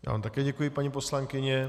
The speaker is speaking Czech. Já vám také děkuji, paní poslankyně.